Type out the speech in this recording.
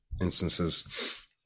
instances